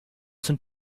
sind